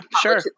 sure